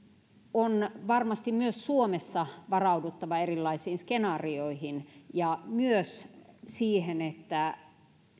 on varmasti myös suomessa varauduttava erilaisiin skenaarioihin myös siihen että